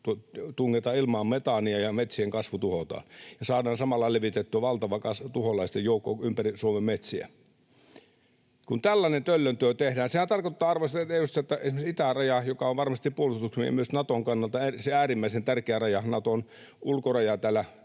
tungetaan ilmaan metaania ja metsien kasvu tuhotaan. Ja saadaan samalla levitettyä valtava tuholaisten joukko ympäri Suomen metsiä. Kun tällainen töllön työ tehdään, sehän tarkoittaa sitten sitä, arvoisat edustajat, että esimerkiksi itäraja — joka on varmasti puolustuksen ja myös Naton kannalta se äärimmäisen tärkeä raja, Naton ulkoraja